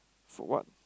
for what